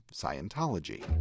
Scientology